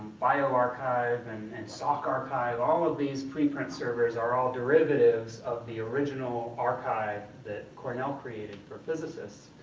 bio archive and and sok archive. all of these pre-print servers are all derivatives of the original archive that cornell created for physicists.